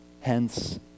Hence